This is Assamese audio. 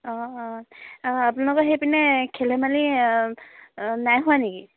অঁ অঁ আপোনালোকৰ সেইপিনে খেল ধেমালি নাই হোৱা নেকি